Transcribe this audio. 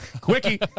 Quickie